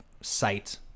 site